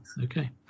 Okay